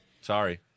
Sorry